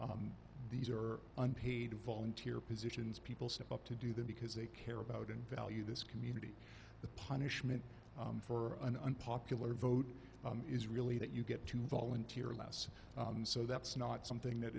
these are unpaid volunteer positions people step up to do them because they care about and value this community the punishment for an unpopular vote is really that you get to volunteer less so that's not something that